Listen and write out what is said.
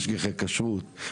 משגיחי כשרות,